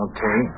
Okay